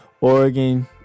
Oregon